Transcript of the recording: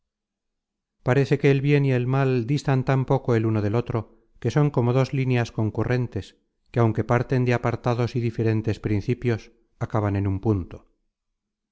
ull capítulo xii donde se dice quién eran periandro y auristela otro que son como dos líneas concurrentes que aunque parten de apartados y diferentes principios acaban en un punto